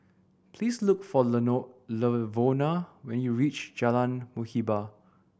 please look for Lavona when you reach Jalan Muhibbah